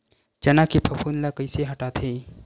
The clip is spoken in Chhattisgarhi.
चना के फफूंद ल कइसे हटाथे?